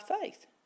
faith